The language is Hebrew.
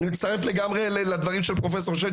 אני מצטרף לגמרי לדברים של פרופ' שיין